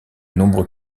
nombreux